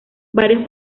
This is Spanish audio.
varios